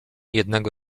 jednego